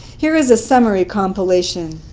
here is a summary compilation.